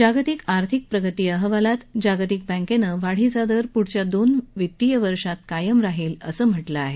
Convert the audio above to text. जागतिक आर्थिक प्रगती अहवालात जागतिक बँकेनं वाढीचा हा दर पुढच्या दोन वित्तीय वर्षात कायम राहील असं म्हटलं आहे